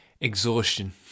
Exhaustion